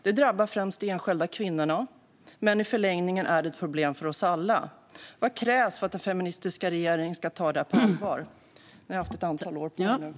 Det drabbar främst de enskilda kvinnorna, men i förlängningen är det ett problem för oss alla. Vad krävs för att den feministiska regeringen ska ta detta på allvar? Ni har haft ett antal år på er nu.